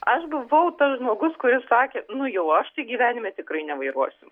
aš buvau tas žmogus kuris sakė nu jau aš tai gyvenime tikrai nevairuosiu